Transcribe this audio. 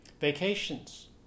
Vacations